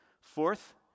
Fourth